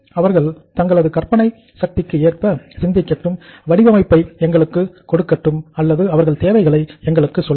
அவர்கள் தங்களது கற்பனை சக்திக்கு ஏற்ப சிந்திக்கட்டும் வடிவமைப்பை எங்களுக்கு கொடுக்கப்படும் அல்லது அவர்கள் தேவைகளை எங்களுக்கு சொல்லட்டும்